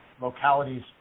localities